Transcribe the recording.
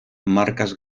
marcas